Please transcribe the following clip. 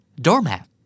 Doormat